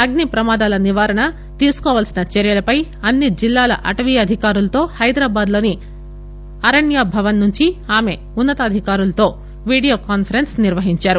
అగ్ని ప్రమాదాల నివారణ తీసుకోవలసిన చర్యలపై అన్ని జిల్లాల అటవీ అధికారులతో హైదరాబాద్లోని అరణ్య భవన్ నుండి ఆమె ఉన్న తాధికారులతో వీడియో కాన్పరెస్స్ నిర్వహించారు